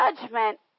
Judgment